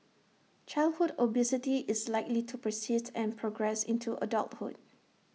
childhood obesity is likely to persist and progress into adulthood